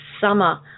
summer